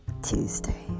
Tuesday